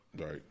Right